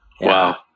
Wow